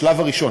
בשלב הראשון,